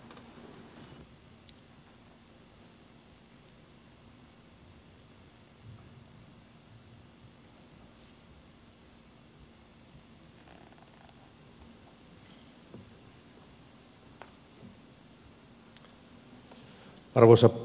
arvoisa puhemies